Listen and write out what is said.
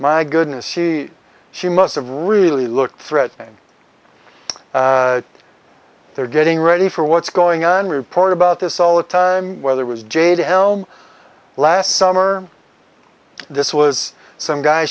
my goodness she she must have really looked threatening they're getting ready for what's going on report about this all the time whether was j to l last summer this was some guy